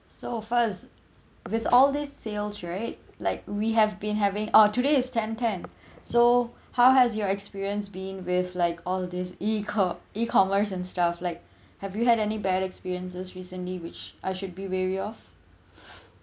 so Faz with all these sales right like we have been having orh today is ten ten so how has your experience being with like all this E_com~ E_commerce and stuff like have you had any bad experiences recently which I should be wary of